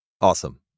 Awesome